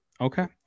okay